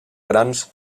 grans